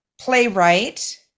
playwright